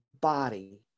body